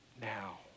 now